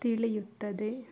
ತಿಳಿಯುತ್ತದೆ